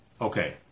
Okay